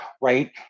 right